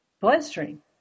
bloodstream